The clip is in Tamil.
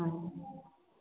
ம்